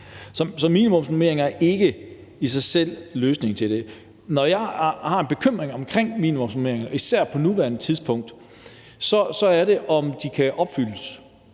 Så minimumsnormeringer er ikke i sig selv løsningen på det. Når jeg har en bekymring omkring minimumsnormeringer, især på nuværende tidspunkt, er det, om de kan opfyldes.